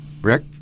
Rick